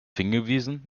hingewiesen